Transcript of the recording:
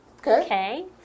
Okay